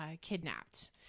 kidnapped